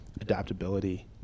adaptability